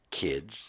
kids